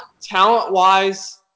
Talent-wise –